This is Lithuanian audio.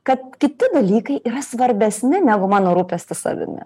kad kiti dalykai yra svarbesni negu mano rūpestis savimi